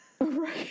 right